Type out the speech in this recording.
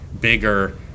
bigger